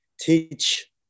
teach